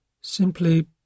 simply